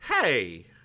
hey